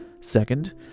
Second